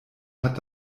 hat